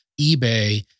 eBay